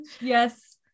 yes